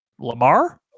Lamar